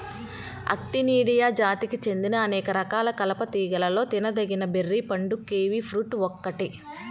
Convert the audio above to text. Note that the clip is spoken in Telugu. ఆక్టినిడియా జాతికి చెందిన అనేక రకాల కలప తీగలలో తినదగిన బెర్రీ పండు కివి ఫ్రూట్ ఒక్కటే